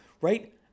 right